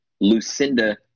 Lucinda